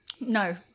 No